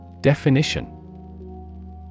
Definition